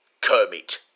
Kermit